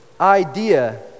idea